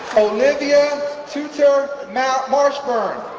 olivia tutor marshburn